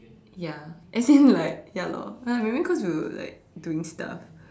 ya as in like ya lor maybe cause we were like doing stuff